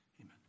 amen